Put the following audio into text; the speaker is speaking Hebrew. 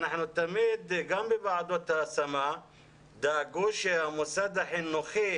גם בוועדות ההשמה דאגו שהמוסד החינוכי